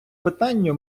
питанню